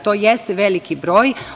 To jeste veliki broj.